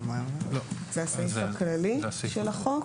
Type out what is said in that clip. זהו הסעיף הכללי של החוק?